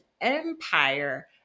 empire